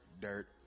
dirt